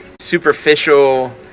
superficial